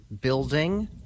building